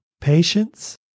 patience